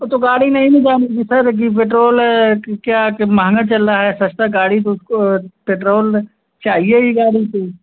तब तो गाड़ी नहीं न जानेगी सर कि पेट्रोल कि क्या के महँगा चल रहा है सस्ता गाड़ी तो उसको पेट्रोल चाहिए ही गाड़ी को